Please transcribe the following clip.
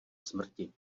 smrti